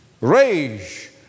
Rage